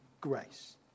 grace